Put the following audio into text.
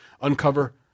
uncover